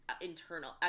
internal